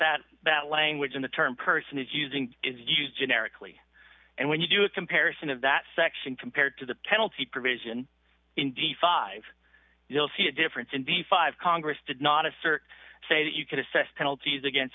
that that language in the term person is using is used generically and when you do a comparison of that section compared to the penalty provision in the five you'll see a difference in v five congress did not assert say that you could assess penalties against